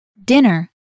Dinner